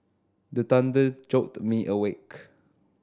the thunder jolt me awake